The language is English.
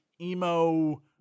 emo